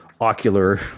ocular